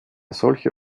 solche